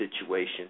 situation